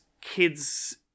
kids